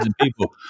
people